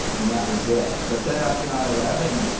and that was it. but then after nine eleven,